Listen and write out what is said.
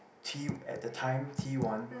T at the time T one